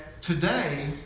today